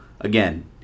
again